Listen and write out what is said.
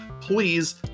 please